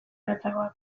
latzagoak